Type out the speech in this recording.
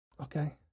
okay